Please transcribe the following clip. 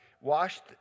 washed